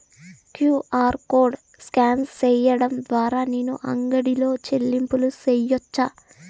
QR code scan సేయడం ద్వారా నేను అంగడి లో చెల్లింపులు సేయొచ్చా?